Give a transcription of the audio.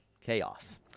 Chaos